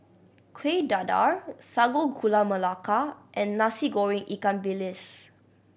Kueh Dadar Sago Gula Melaka and Nasi Goreng ikan bilis